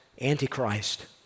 Antichrist